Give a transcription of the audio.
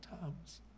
times